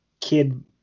kid